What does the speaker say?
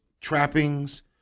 trappings